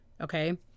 Okay